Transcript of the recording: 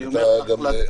אתה עתיר ניסיון.